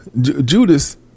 Judas